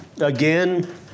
Again